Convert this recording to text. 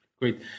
Great